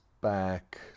back